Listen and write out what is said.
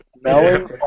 Melon